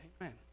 Amen